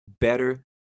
better